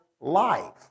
life